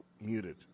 muted